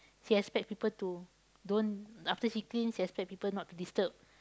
she expect people to don't after she clean she expect people to don't disturb